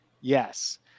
Yes